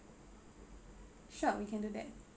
sure we can do that